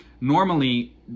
normally